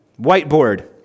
Whiteboard